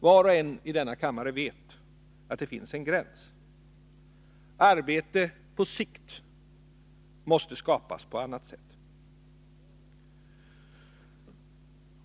Var och en i denna kammare vet att det finns en gräns. Arbete på sikt måste skapas på annat sätt.